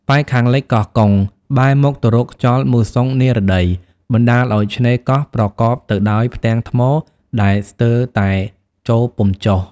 ប៉ែកខាងលិចកោះកុង បែរមុខទៅរកខ្យល់មូសុងនិរតី បណ្តាលអោយឆ្នេរកោះប្រកបទៅដោយផ្ទាំងថ្មដែលស្ទើរតែចូលពុំចុះ ។